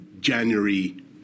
January